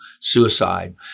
suicide